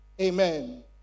Amen